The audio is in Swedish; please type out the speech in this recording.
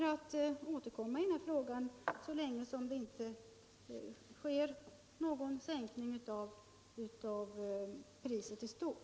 Vi skall återkomma i denna fråga så länge som det inte sker någon sänkning av priset i stort.